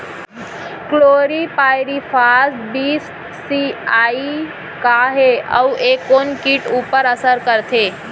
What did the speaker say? Chlorpyrifos बीस CE का हे अऊ ए कोन किट ऊपर असर करथे?